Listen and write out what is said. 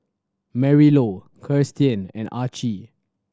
Marilou Kiersten and Archie